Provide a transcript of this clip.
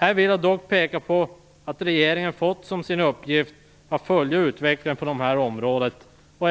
Jag vill också peka på att regeringen föreslås få i uppgift att följa utvecklingen på det här området och